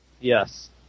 Yes